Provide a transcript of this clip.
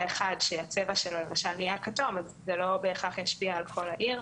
אחד שהצבע שלו נהיה כתום אז לא בהכרח ישפיע על כל העיר.